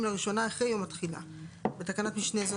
לראשונה אחרי יום התחילה (בתקנת משנה זו,